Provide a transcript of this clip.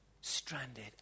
stranded